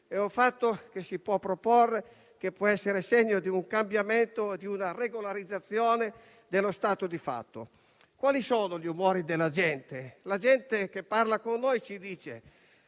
è una bestemmia: si può proporre e può essere segno di un cambiamento, di una regolarizzazione dello stato di fatto. Quali sono gli umori della gente? La gente che parla con noi ci chiede